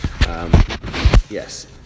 yes